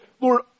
Lord